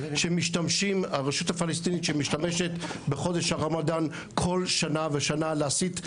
הרשות הפלסטינית שמשתמשת בחודש הרמדאן כל שנה ושנה להסית.